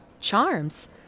Charms